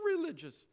religious